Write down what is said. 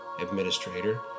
administrator